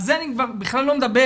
על זה אני כבר בכלל לא מדבר,